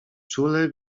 czule